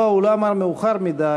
לא, הוא לא אמר מאוחר מדי.